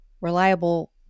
reliable